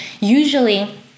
usually